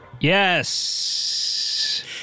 Yes